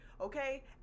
Okay